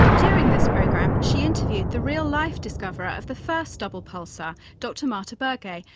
during this program she interviewed the real-life discoverer of the first double pulsar, dr marta burgay,